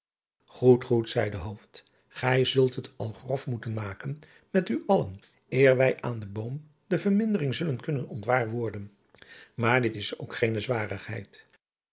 goed goed zeide hooft gij zult het al grof moeten maken met u allen eer wij aan den boom de vermindering zullen kunnen ontwaar worden maar dit is ook geene zwarigadriaan